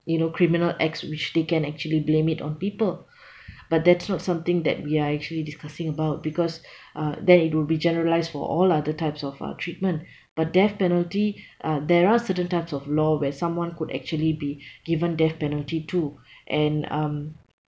you know criminal acts which they can actually blame it on people but that's not something that we are actually discussing about because uh that would be generalised for all other types of uh treatment but death penalty uh there are certain types of law where someone could actually be given death penalty too and um